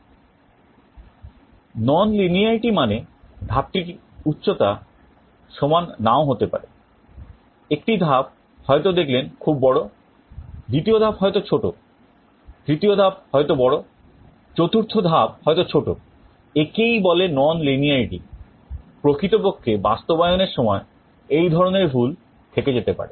Nonlinearity মানে ধাপটির উচ্চতা সমান নাও হতে পারে একটি ধাপ হয়তো দেখলেন খুব বড় দ্বিতীয় ধাপ হয়তো ছোট তৃতীয় ধাপ হয়তো বড় চতুর্থ ধাপ হয়তো ছোট একেই বলে Nonlinearity প্রকৃতপক্ষে বাস্তবায়নের সময় এই ধরনের ভুল থেকে যেতে পারে